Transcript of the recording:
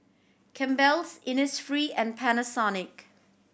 Campbell's Innisfree and Panasonic